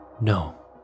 No